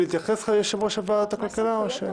יושב-ראש ועדת הכלכלה, אתה רוצה להתייחס?